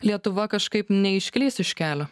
lietuva kažkaip neišklys iš kelio